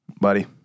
Buddy